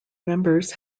members